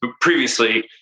previously